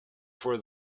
for